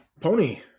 Pony